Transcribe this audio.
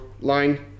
line